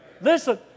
Listen